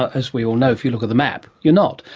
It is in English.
as we all know if you look at the map, you're not.